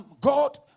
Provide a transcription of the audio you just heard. God